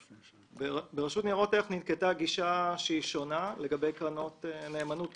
ברשות ניירות ערך ננקטה גישה שונה לגבי קרנות נאמנות.